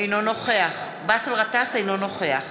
אינו נוכח באסל גטאס, אינו נוכח